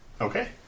Okay